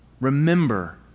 Remember